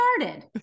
started